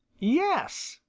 yes,